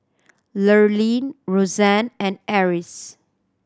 Lurline Rozanne and Eris